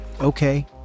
Okay